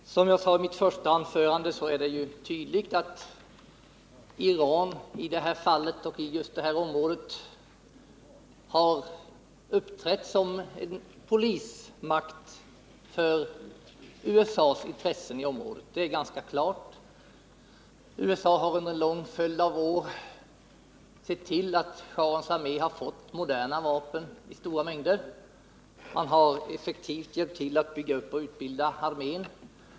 Herr talman! Som jag sade i mitt första anförande är det tydligt att Iran i detta fall och i det här aktuella området har uppträtt som polismakt för USA:s intressen. USA har under en lång följd av år sett till att schahens armé har fått moderna vapen i stora mängder. Man har effektivt hjälpt till att bygga upp och utbilda armén.